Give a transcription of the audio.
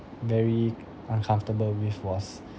very uncomfortable with was